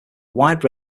wide